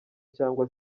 cyangwa